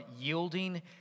yielding